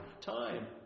time